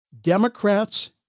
Democrats